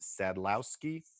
Sadlowski